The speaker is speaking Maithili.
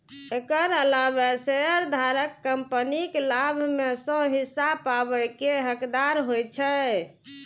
एकर अलावे शेयरधारक कंपनीक लाभ मे सं हिस्सा पाबै के हकदार होइ छै